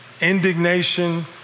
indignation